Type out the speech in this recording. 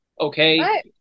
okay